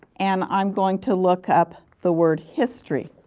and i am going to look up the word history.